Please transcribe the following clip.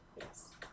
Yes